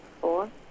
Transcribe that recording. four